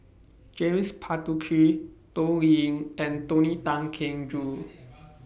James Puthucheary Toh Ying and Tony Tan Keng Joo